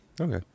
Okay